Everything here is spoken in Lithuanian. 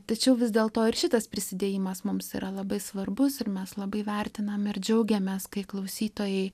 tačiau vis dėl to ir šitas prisidėjimas mums yra labai svarbus ir mes labai vertinam ir džiaugiamės kai klausytojai